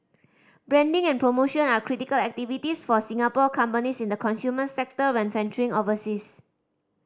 branding and promotion are critical activities for Singapore companies in the consumer sector when venturing overseas